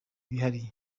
bihariye